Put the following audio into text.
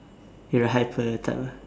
you're a hyper type ah